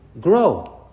grow